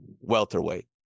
welterweight